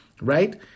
Right